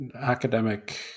academic